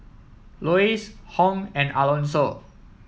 Lois Hung and Alonso